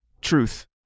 truth